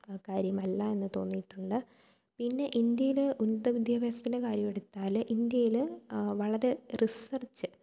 കാര്യമല്ല എന്ന് തോന്നിയിട്ടുണ്ട് പിന്നെ ഇന്ത്യയിലെ ഉന്നത വിദ്യാഭ്യാസത്തിൻ്റെ കാര്യം എടുത്താൽ ഇന്ത്യയിൽ വളരെ റിസർച്ച്